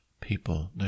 people